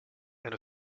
and